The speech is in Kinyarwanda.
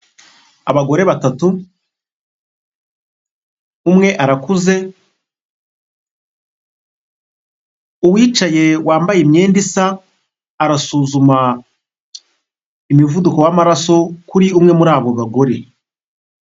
Abagore batatu, umwe arakuze, uwicaye wambaye imyenda isa arasuzuma umuvuduko w'amaraso kuri umwe muri abo bagore.